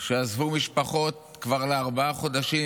שעזבו משפחות כבר לארבעה חודשים,